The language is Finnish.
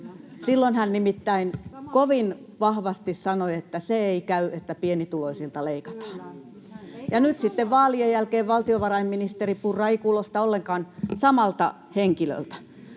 Silloin hän nimittäin kovin vahvasti sanoi, että se ei käy, että pienituloisilta leikataan. [Vasemmalta: Kyllä!] Ja nyt sitten vaalien jälkeen valtiovarainministeri Purra ei kuulosta ollenkaan samalta henkilöltä.